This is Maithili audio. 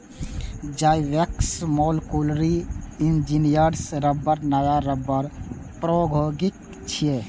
जाइवेक्स मोलकुलरी इंजीनियर्ड रबड़ नया रबड़ प्रौद्योगिकी छियै